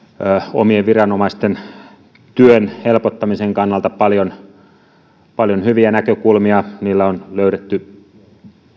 omien viranomaisten työn helpottamisen kannalta paljon paljon hyviä näkökulmia niillä on löydetty